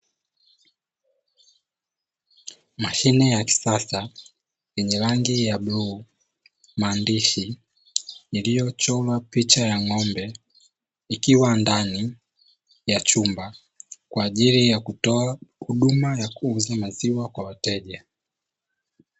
Mashine ya kisasa yenye rangi ya bluu, maandishi, iliyochorwa picha ya ng'ombe ikiwa ndani ya chumba kwa ajili ya kutoa huduma ya kuuza maziwa kwa wateja.